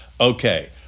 okay